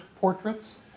portraits